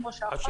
כמו שהחוק דורש.